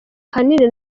ahanini